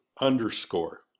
underscore